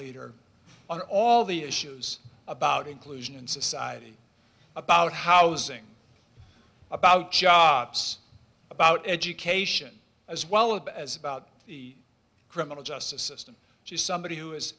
leader on all the issues about inclusion in society about housing about jobs about education as well about as about the criminal justice system she is somebody who is